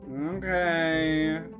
Okay